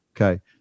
Okay